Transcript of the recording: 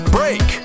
Break